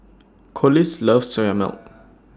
Collis loves Soya Milk